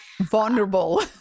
vulnerable